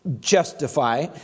justify